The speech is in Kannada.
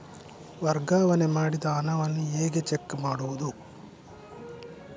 ವರ್ಗಾವಣೆ ಮಾಡಿದ ಹಣವನ್ನು ಹೇಗೆ ಚೆಕ್ ಮಾಡುವುದು?